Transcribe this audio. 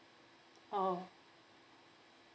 oh